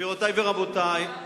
גבירותי ורבותי,